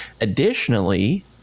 additionally